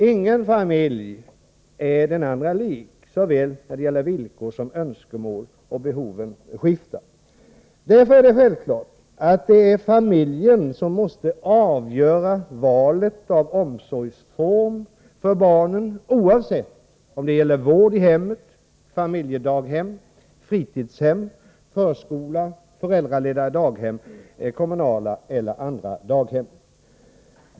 Ingen familj är den andra lik, vare sig när det gäller villkor eller när det gäller önskemål, och behoven skiftar. Därför är det självklart att det är familjen som måste avgöra valet av omsorgsform för barnen, oavsett om det gäller vård i hemmet, familjedaghem, fritidshem, förskola, föräldraledda daghem, kommunala eller andra daghem.